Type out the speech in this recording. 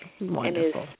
Wonderful